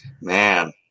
Man